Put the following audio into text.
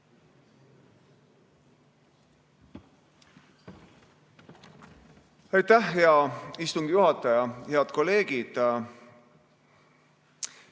Aitäh, hea istungi juhataja! Head kolleegid!